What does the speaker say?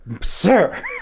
Sir